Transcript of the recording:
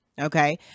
Okay